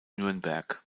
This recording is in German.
nürnberg